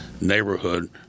neighborhood